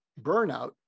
burnout